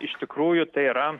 iš tikrųjų tai yra